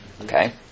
Okay